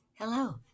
Hello